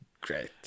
great